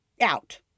out